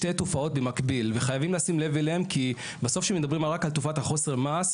ככל שמשלבים את הערבים